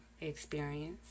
experience